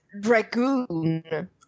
Dragoon